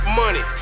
money